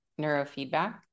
neurofeedback